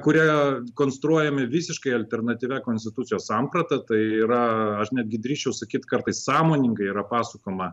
kurie konstruojami visiškai alternatyvia konstitucijos samprata tai yra aš netgi drįsčiau sakyt kartais sąmoningai yra pasukama